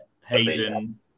Hayden